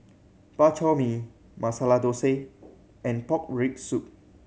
Bak Chor Mee Masala Thosai and pork rib soup